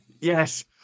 Yes